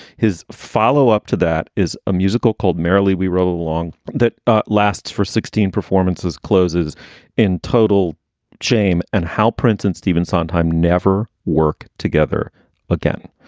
his follow up to that is a musical called merrily we roll long that lasts for sixteen performances, closes in total shame and how prince and stephen sondheim never work together again.